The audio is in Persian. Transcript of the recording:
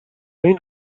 این